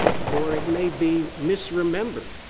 or it may be misremembered.